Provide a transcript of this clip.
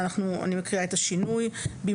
בסעיף 16(ב)(3),